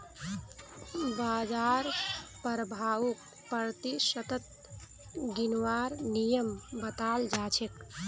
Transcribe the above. बाजार प्रभाउक प्रतिशतत गिनवार नियम बताल जा छेक